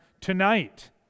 tonight